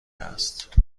است